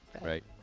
Right